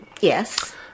Yes